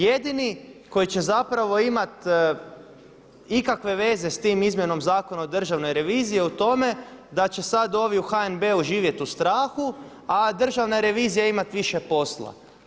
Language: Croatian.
Jedini koji će zapravo imat ikakve veze sa tom izmjenom Zakona o državnoj reviziji je u tome da će sad ovi u HNB-u živjet u strahu, a državna revizija imat više posla.